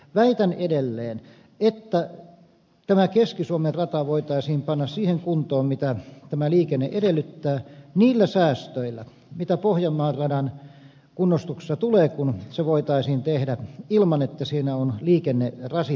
väitän edelleen että tämä keski suomen rata voitaisiin panna siihen kuntoon mitä tämä liikenne edellyttää niillä säästöillä mitä pohjanmaan radan kunnostuksessa tulee kun se voitaisiin tehdä ilman että siinä on liikenne rasitteena